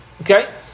Okay